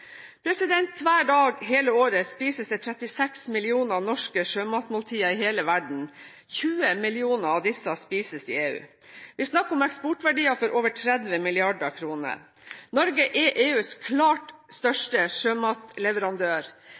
Hver dag, hele året, spises det 36 millioner norske sjømatmåltider i hele verden. 20 millioner av disse spises i EU. Vi snakker om eksportverdier for over 30 mrd. kr. Norge er EUs klart største sjømatleverandør.